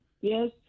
Yes